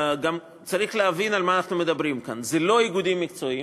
צריך להבין על מה אנחנו מדברים כאן: אלה לא איגודים מקצועיים,